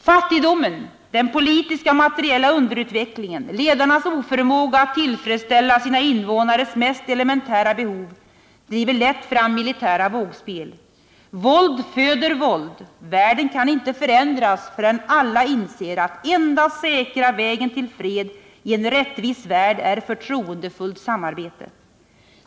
Fattigdomen, den politiska och materiella underutvecklingen och ledarnas oförmåga att tillfredsställa sina innevånares mest elementära behov driver lätt fram militära vågspel. Våld föder våld. Världen kan inte förändras förrän alla inser att den enda säkra vägen till fred i en rättvis värld är förtroendefullt samarbete.